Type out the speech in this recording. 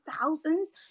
Thousands